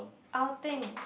outing